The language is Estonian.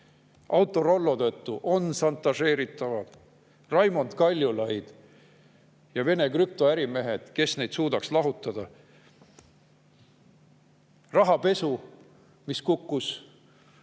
Autorollo tõttu on šantažeeritavad. Raimond Kaljulaid ja Vene krüptoärimehed – kes neid suudaks lahutada? Rahapesu, mis kukkus